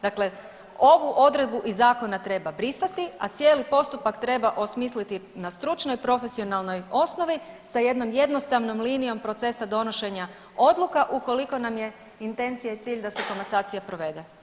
Dakle, ovu odredbu iz zakona treba brisati, a cijeli postupak treba osmisliti na stručnoj i profesionalnoj osnovi sa jednom jednostavnom linijom procesa donošenja odluka ukoliko nam je intencija i cilj da se komasacija provede.